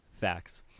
Facts